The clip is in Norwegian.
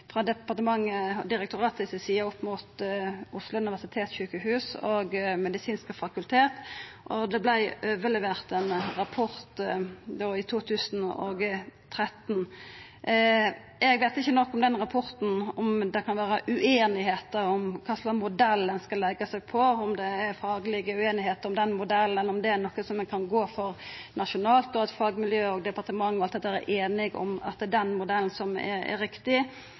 direktoratet si side opp mot Oslo universitetssykehus og Det medisinske fakultet, og ein rapport vart overlevert i 2013. Eg veit ikkje nok om den rapporten, om det kan vera uenigheiter om kva slags modell ein skal leggja seg på, om det er faglege ueinigheiter om modellen, eller om det er noko ein kan gå for nasjonalt, og at fagmiljø og departement og alt dette er einige om at det er den modellen som er riktig.